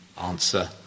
Answer